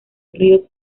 ríos